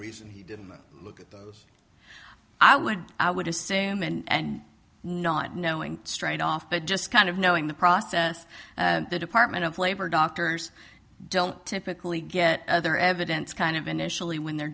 reason he didn't look at those i would i would assume and not knowing straight off but just kind of knowing the process the department of labor doctors don't typically get other evidence kind of initially when they're